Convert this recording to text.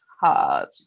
hard